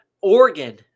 Oregon